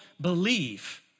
believe